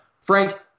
Frank